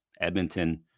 Edmonton